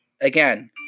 again